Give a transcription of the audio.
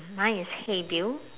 mine is !hey! bill